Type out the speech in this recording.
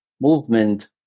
movement